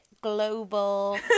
global